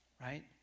right